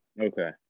Okay